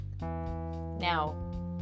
Now